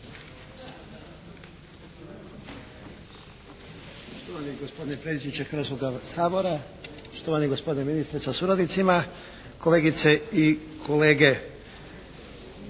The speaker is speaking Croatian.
Štovani gospodine predsjedniče Hrvatskoga sabora, štovani gospodine ministre sa suradnicima, kolegice i kolege.